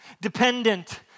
dependent